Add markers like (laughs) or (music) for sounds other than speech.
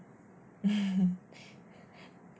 (laughs)